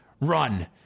Run